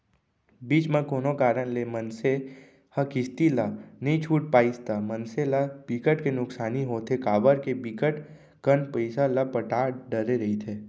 बीच म कोनो कारन ले मनसे ह किस्ती ला नइ छूट पाइस ता मनसे ल बिकट के नुकसानी होथे काबर के बिकट कन पइसा ल पटा डरे रहिथे